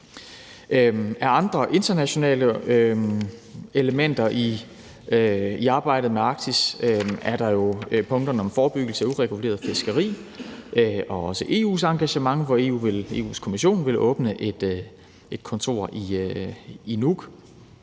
Af andre internationale elementer i arbejdet med Arktis er der jo punkterne om forebyggelse af ureguleret fiskeri og også EU's engagement, hvor Europa-Kommissionen vil åbne et kontor i Nuuk.